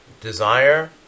Desire